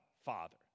Father